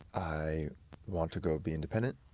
i want to go be independent.